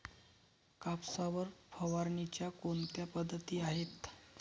कापसावर फवारणीच्या कोणत्या पद्धती आहेत?